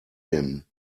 him